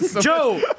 Joe